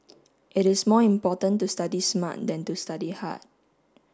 it is more important to study smart than to study hard